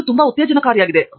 ಇದು ತುಂಬಾ ಉತ್ತೇಜನಕಾರಿಯಾಗಿದೆ